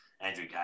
andrew